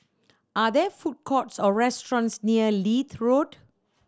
are there food courts or restaurants near Leith Road